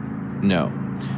no